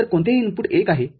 तर कोणतेही इनपुट १ आहे